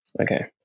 Okay